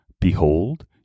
Behold